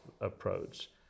approach